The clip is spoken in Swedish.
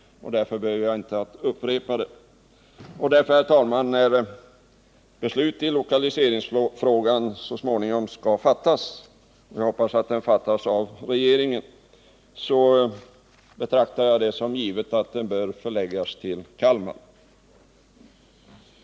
Herr talman! När beslut om lokaliseringsfrågan så småningom skall fattas — och jag hoppas att det fattas av regeringen — betraktar jag det som givet att detta kommer att leda till att verksamheten förläggs till Kalmar.